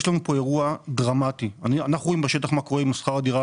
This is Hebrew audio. יש לנו פה אירוע דרמטי - אנחנו רואים בשטח מה קורה עם שכר הדירה,